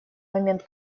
момент